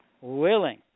willing